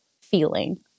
feeling